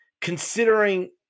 considering